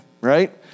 right